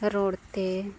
ᱨᱚᱲᱛᱮ